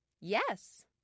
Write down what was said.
Yes